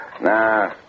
Nah